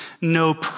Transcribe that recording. no